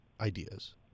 ideas